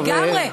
לגמרי.